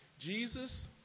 Jesus